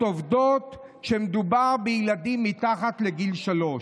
עובדות כשמדובר בילדים מתחת לגיל שלוש.